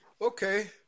Okay